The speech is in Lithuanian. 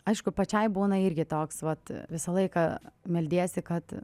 aišku pačiai būna irgi toks vat visą laiką meldiesi kad